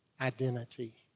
identity